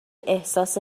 احساس